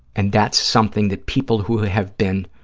and that's something that people who have been